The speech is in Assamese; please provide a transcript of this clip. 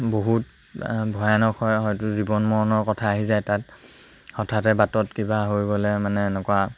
বহুত ভয়ানক হয় হয়তো জীৱন মৰণৰ কথা আহি যায় তাত হঠাতে বাটত কিবা হৈ গ'লে মানে এনেকুৱা